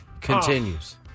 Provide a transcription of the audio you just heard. continues